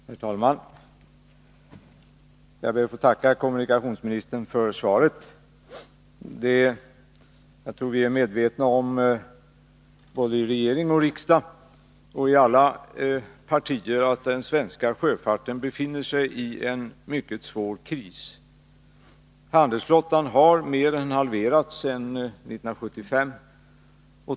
Herr talman! Jag ber att få tacka kommunikationsministern för svaret. Jag tror att vi alla, såväl regering och riksdag som samtliga partier, är medvetna om att den svenska sjöfarten befinner sig i en mycket svår kris. Handelsflottan har mer än halverats sedan 1975.